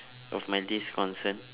of my disconcern